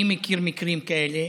אני מכיר מקרים כאלה.